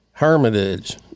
Hermitage